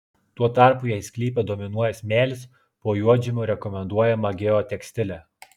tuo tarpu jei sklype dominuoja smėlis po juodžemiu rekomenduojama geotekstilė